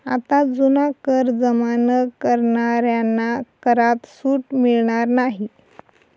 आता जुना कर जमा न करणाऱ्यांना करात सूट मिळणार नाही